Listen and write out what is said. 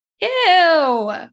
ew